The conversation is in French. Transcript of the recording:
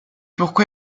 pourquoi